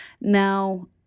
Now